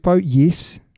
yes